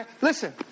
listen